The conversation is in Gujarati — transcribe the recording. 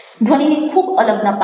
ધ્વનિને ખૂબ અલગ ન પાડો